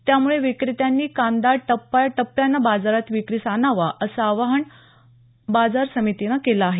त्यामुळे विक्रेत्यांनी कांदा टप्प्या टप्यानं बाजारात विक्रीस आणावा असं आवाहन बाजार समितीनं केलं आहे